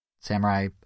samurai